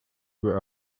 fuhr